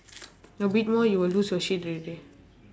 a bit more you will lose your shit already